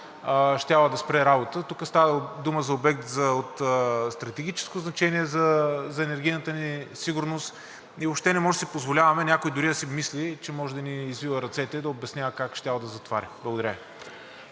че тя щяла да спре работа. Тук става дума за обект от стратегическо значение за енергийната ни сигурност и въобще не можем да си позволяваме някой дори да си мисли, че може да ни извива ръцете и да обяснява как щял да затваря. Благодаря